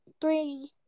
Three